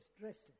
dresses